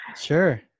Sure